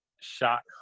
shot